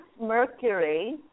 Mercury